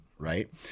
Right